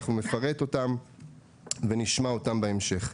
אנחנו נפרט אותן ונשמע אותן בהמשך.